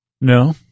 No